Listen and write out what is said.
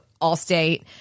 Allstate